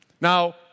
Now